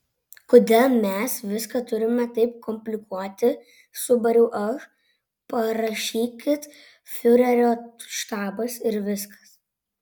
kodėl mes viską turime taip komplikuoti subariau aš parašykit fiurerio štabas ir viskas